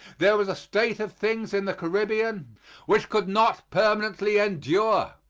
there was a state of things in the caribbean which could not permanently endure.